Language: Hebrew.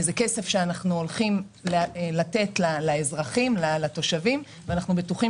זה כסף שאנחנו הולכים לתת לתושבים ואנחנו בטוחים